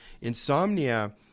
Insomnia